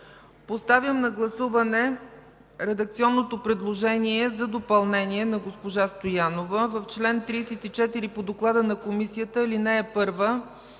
Поставям на гласуване редакционното предложение за допълнение на госпожа Стоянова: в чл. 34 по доклада на Комисията в ал. 1